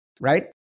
right